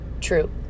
true